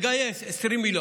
הייתי מגייס 20 מיליון,